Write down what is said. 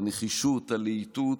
את הנחישות, הלהיטות,